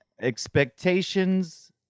expectations